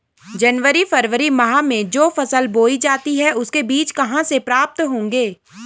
जनवरी फरवरी माह में जो फसल बोई जाती है उसके बीज कहाँ से प्राप्त होंगे?